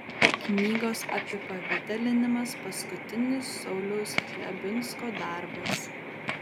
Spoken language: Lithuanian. knygos apipavidalinimas paskutinis sauliaus chlebinsko darbas